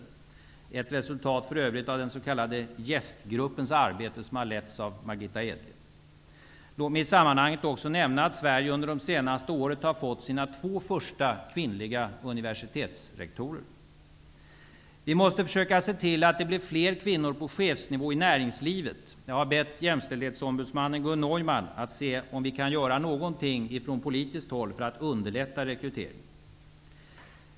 Det är för övrigt ett resultat av den s.k. JÄST-gruppens arbete under ledning av Margitta Edgren. Låt mig i sammanhanget också nämna att Sverige under det senaste året har fått sina två första kvinnliga universitetsrektorer! Vi måste försöka se till att det blir fler kvinnor på chefsnivå i näringslivet. Jag har bett JämO Gun Neuman att se efter om vi kan göra någonting för att underlätta rekryteringen.